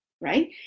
right